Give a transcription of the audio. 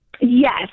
Yes